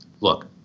look